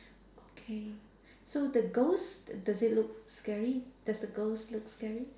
okay so the ghost does it look scary does the ghost look scary